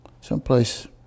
Someplace